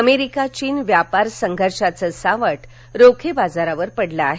America चीन व्यापार संघर्षाचं सावट रोखे बाजारावर पडलं आहे